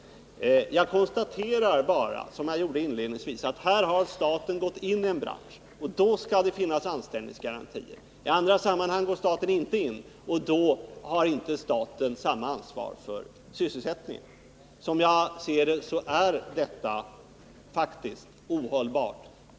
Jag konstaterar bara, som jag gjorde inledningsvis, att här har staten gått in i en bransch, och då skall det finnas anställningsgarantier. I andra sammanhang går staten inte in, och då har staten inte samma ansvar för sysselsättningen, enligt Sivert Andersson. Som jag ser det, är detta faktiskt ohållbart.